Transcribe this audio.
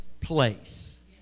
place